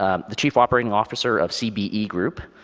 um the chief operating officer of cbe group.